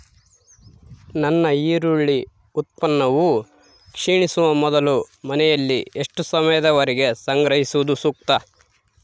ನನ್ನ ಈರುಳ್ಳಿ ಉತ್ಪನ್ನವು ಕ್ಷೇಣಿಸುವ ಮೊದಲು ಮನೆಯಲ್ಲಿ ಎಷ್ಟು ಸಮಯದವರೆಗೆ ಸಂಗ್ರಹಿಸುವುದು ಸೂಕ್ತ?